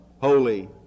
holy